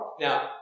Now